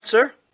sir